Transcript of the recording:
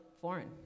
foreign